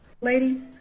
Lady